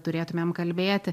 turėtumėm kalbėti